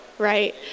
right